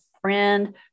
friend